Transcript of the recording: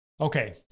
okay